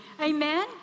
Amen